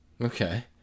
Okay